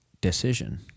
decision